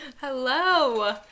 Hello